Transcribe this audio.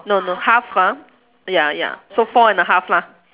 no no half ah ya ya so four and a half lah